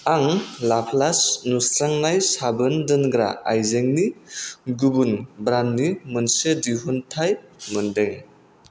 आं लाप्लास्ट नुस्रांनाय साबोन दोनग्रा आयजेंनि गुबुन ब्रान्डनि मोनसे दिहुनथाइ मोनदों